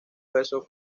versos